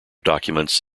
documents